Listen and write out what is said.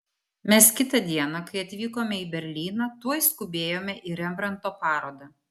mes kitą dieną kai atvykome į berlyną tuoj skubėjome į rembrandto parodą